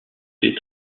fait